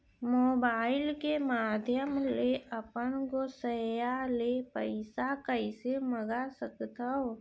Mobile के माधयम ले अपन गोसैय्या ले पइसा कइसे मंगा सकथव?